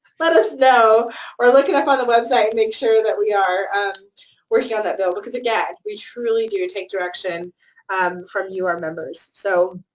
let us know or look it up on the website and make sure that we are working on that bill, because, again, we truly do take direction from you, our members. so